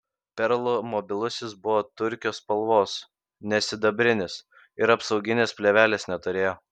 perl mobilusis buvo turkio spalvos ne sidabrinis ir apsauginės plėvelės neturėjo